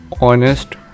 honest